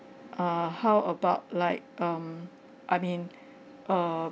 err how about like um I mean err